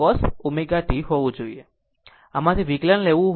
આ તે છે જો આમાંથી કોઈનું વિકલન લેવું હોય તો i dq dt